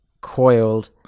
coiled